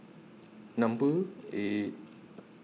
Number eight